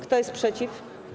Kto jest przeciw?